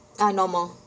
ah no more